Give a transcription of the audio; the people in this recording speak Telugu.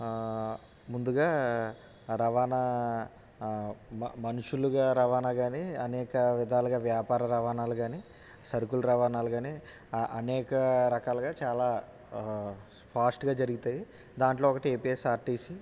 ఆ ముందుగా రవాణా మనుషులుగా రవాణా కాని అనేక విధాలుగా వ్యాపార రవణాలు కాని సరుకులు రవణాలు కాని అనేక రకాలుగా చాలా ఫాస్ట్గా జరిగితాయి దాంట్లో ఒకటి ఏపీఎస్ఆర్టీసీ